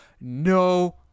no